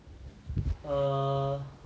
err